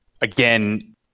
again